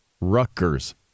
Rutgers